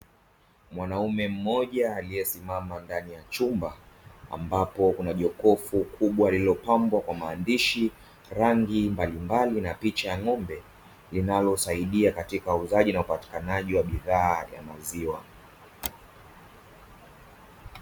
Mwanaume mmoja aliyesimama ndani ya chumba ambapo kuna jokofu kubwa lililopambwa kwa maandishi, rangi mbalimbali na picha ya ng'ombe; linalosaidia katika uuzaji na upatikanaji wa bidhaa ya maziwa.